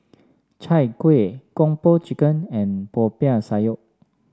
Chai Kuih Kung Po Chicken and Popiah Sayur